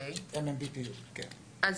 אז,